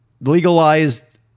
legalized